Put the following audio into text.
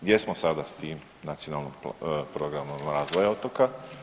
Gdje smo sada s tim Nacionalnim programom razvoja otoka?